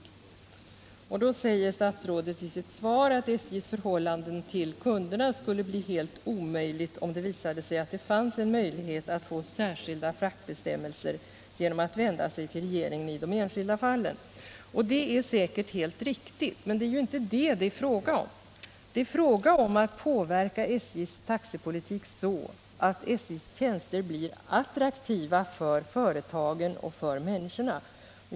I sitt svar säger då statsrådet följande: ”SJ:s förhållande till kunderna skulle snabbt bli helt omöjligt om det visade sig att det fanns en möjlighet att få särskilda fraktlättnader genom att vända sig till regeringen i de enskilda fallen.” Detta är säkert helt riktigt, men det är ju inte det som det är fråga om. Det gäller att påverka SJ:s taxepolitik så, att SJ:s tjänster blir attraktiva för företagen och människorna.